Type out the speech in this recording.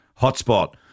Hotspot